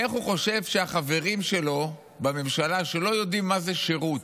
איך הוא חושב שהחברים שלו בממשלה שלא יודעים מה זה שירות,